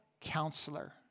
counselor